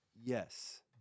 yes